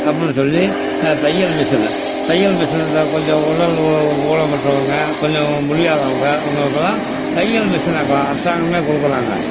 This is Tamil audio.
அப்புடின்னு சொல்லி தையல் மிஷினு தையல் மிஷினு இருந்தால் கொஞ்சம் உடல் ஊ ஊனமுற்றவங்க கொஞ்சம் முடியாதவங்க அவங்களுக்குலாம் தையல் மிஷினை க அரசாங்கமே கொடுக்குறாங்க